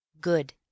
Good